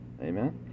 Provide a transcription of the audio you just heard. amen